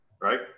right